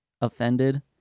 offended